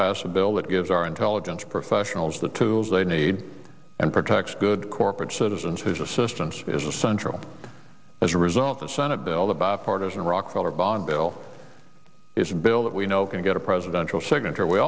pass a bill that gives our intelligence professionals the tools they need and protect good corporate citizens whose assistance is essential as a result of senate bill the bipartisan rockefeller bond bill is a bill that we know can get a presidential signature we